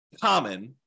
common